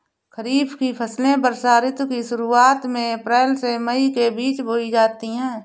खरीफ की फसलें वर्षा ऋतु की शुरुआत में अप्रैल से मई के बीच बोई जाती हैं